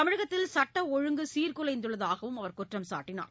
தமிழகத்தில் சட்ட ஒழுங்கு சீர்குலைந்துள்ளதாக அவர் குற்றம்சாட்டினார்